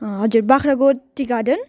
हजुर Bakhrakot tea garden